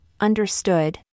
understood